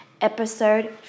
Episode